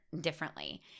differently